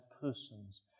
persons